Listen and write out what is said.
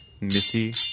Missy